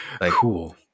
cool